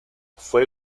fue